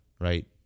right